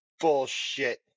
bullshit